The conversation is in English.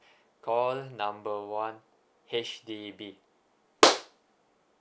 call number one H_D_B